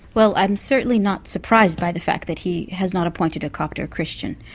well, i'm certainly not surprised by the fact that he has not appointed a coptic christian.